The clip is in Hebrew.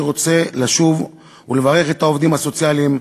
אני רוצה לשוב ולברך את העובדים הסוציאליים,